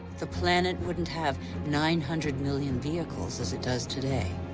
the planet wouldn't have nine hundred million vehicles, as it does today,